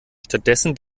stattdessen